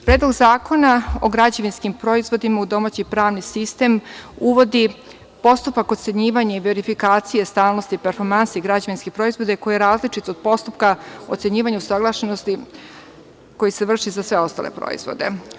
Predlog zakona o građevinskim proizvodima u domaći pravni sistem uvodi postupak ocenjivanja i verifikacije stalnosti performansi građevinskih proizvoda koji je različit od postupka ocenjivanja usaglašenosti koji se vrši za sve ostale proizvode.